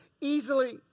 easily